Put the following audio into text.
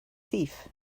thief